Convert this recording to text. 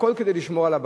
הכול כדי לשמור על הבנקים.